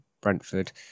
Brentford